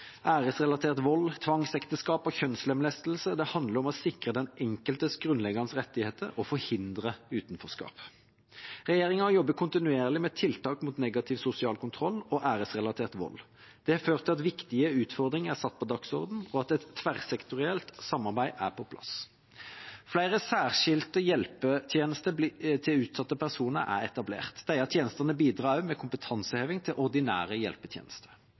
æresrelatert vold, tvangsekteskap og kjønnslemlestelse handler om å sikre den enkeltes grunnleggende rettigheter og forhindre utenforskap. Regjeringa jobber kontinuerlig med tiltak mot negativ sosial kontroll og æresrelatert vold. Det har ført til at viktige utfordringer er satt på dagsordenen, og at et tverrsektorielt samarbeid er på plass. Flere særskilte hjelpetjenester til utsatte personer er etablert. Disse tjenestene bidrar også med kompetanseheving til ordinære hjelpetjenester.